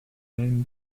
main